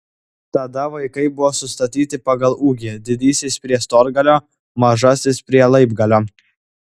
tada vaikai buvo sustatyti pagal ūgį didysis prie storgalio mažasis prie laibgalio